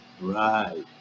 right